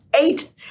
Eight